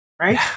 right